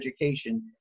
education